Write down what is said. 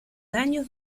daños